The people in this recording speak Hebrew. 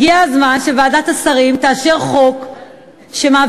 הגיע הזמן שוועדת השרים תאשר חוק שמעביר